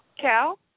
Cal